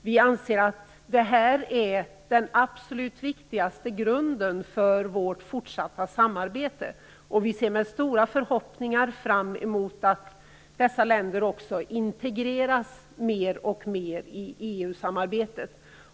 Vi anser att det är den absolut viktigaste grunden för vårt fortsatta samarbete, och vi ser med stora förhoppningar fram emot att dessa länder mer och mer integreras i EU-samarbetet.